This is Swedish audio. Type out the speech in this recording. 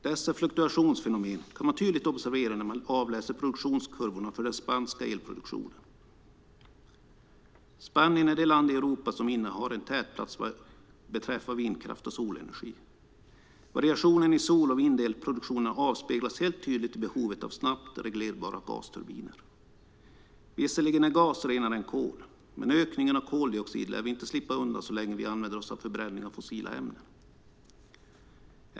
Dessa fluktuationsfenomen kan man tydligt observera när man avläser produktionskurvorna för den spanska elproduktionen. Spanien är det land i Europa som innehar en tätplats vad beträffar vindkraft och solenergi. Variationen i sol och vindelproduktionen avspeglas helt tydligt i behovet av snabbt reglerbara gasturbiner. Visserligen är gas renare än kol, men ökningen av koldioxid lär vi inte slippa undan så länge vi använder oss av förbränning av fossila ämnen.